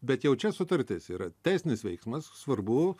bet jau čia sutartis yra teisinis veiksmas svarbu